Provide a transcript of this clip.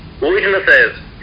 witnesses